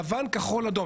לבן-כחול-אדום.